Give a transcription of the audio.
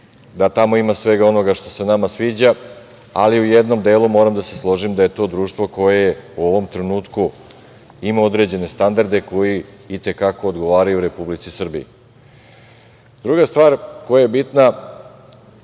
da tamo ima svega onoga što se nama sviđa, ali u jednom delu moram da se složim da je to društvo koje u ovom trenutku ima određene standarde koji i te kako odgovaraju Republici Srbiji. Druga stvar koja je bitna